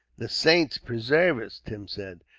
the saints preserve us! tim said,